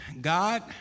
God